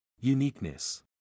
Uniqueness